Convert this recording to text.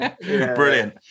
Brilliant